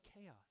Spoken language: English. chaos